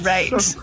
Right